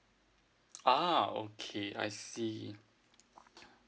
ah okay I see